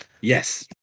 Yes